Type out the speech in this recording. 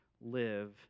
live